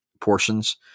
portions